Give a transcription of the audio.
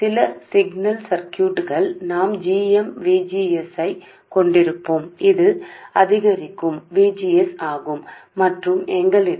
చిన్న సిగ్నల్ సర్క్యూట్లో మేము GM VGS ను కలిగి ఉంటుంది ఇక్కడ ఇది పెరుగుతున్న VGS మరియు మేము వాహన GD లు కలిగి